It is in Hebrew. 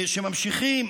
שממשיכים